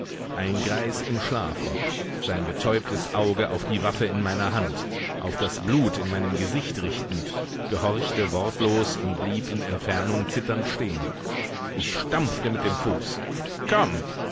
ein greis im schlafrock sein betäubtes auge auf die waffe in meiner hand auf das blut in meinem gesicht richtend gehorchte wortlos und blieb in entfernung zitternd stehen ich stampfte mit dem fuß komm